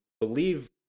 believe